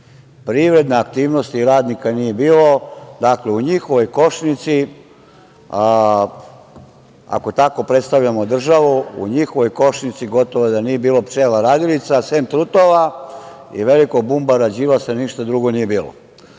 privredna aktivnost i radnika nije bilo. Dakle, u njihovoj košnici, ako tako predstavljamo državu, u njihovoj košnici gotovo da nije bilo pčela radilica. Sem trutova i veliko bumbara Đilasa, ništa drugo nije bilo.